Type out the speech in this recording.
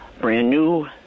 brand-new